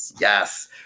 Yes